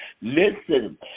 Listen